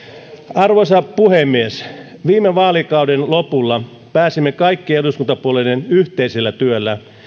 arvoisa puhemies viime vaalikauden lopulla pääsimme kaikkien eduskuntapuolueiden yhteisellä työllä